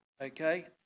okay